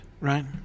right